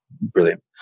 brilliant